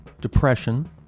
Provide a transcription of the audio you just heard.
depression